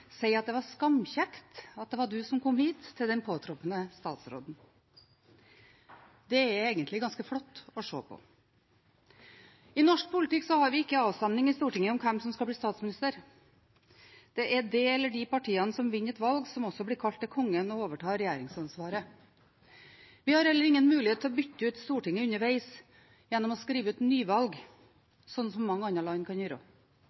sier det var «skamkjekt» at det var du som kom hit, til den påtroppende statsråden: Det er egentlig ganske flott å se på. I norsk politikk har vi ikke avstemning i Stortinget om hvem som skal bli statsminister. Det er det partiet eller de partiene som vinner et valg, som også blir kalt til Kongen og overtar regjeringsansvaret. Vi har heller ingen mulighet til å bytte ut Stortinget underveis gjennom å skrive ut nyvalg, slik som mange andre land kan gjøre.